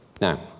Now